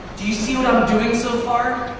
do you see what i'm doing so far?